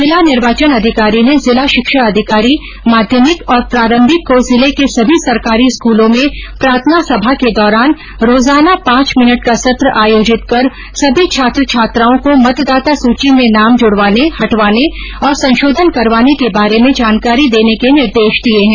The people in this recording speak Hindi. जिला निर्वाचन अधिकारी ने जिला शिक्षा अधिकारी माध्यमिक और प्रारम्भिक को जिले के सभी सरकारी स्कूलों में प्रार्थना सभा के दौरान रोजाना पांच मिनट का सत्र आयोजित कर सभी छात्र छात्राओं को मतदाता सूची में नाम जुडवाने हटवाने और संशोधन करवाने के बारे में जानकारी देने के निर्देश दिए है